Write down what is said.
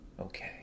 Okay